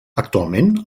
actualment